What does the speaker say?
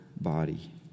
body